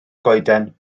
goeden